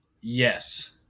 Yes